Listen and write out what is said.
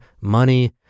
money